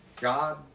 God